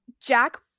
Jack